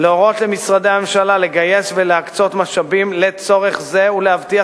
להורות למשרדי הממשלה לגייס ולהקצות משאבים לצורך זה ולהבטיח